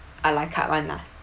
a la carte [one] lah